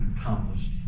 accomplished